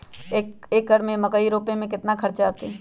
एक एकर में मकई रोपे में कितना खर्च अतै?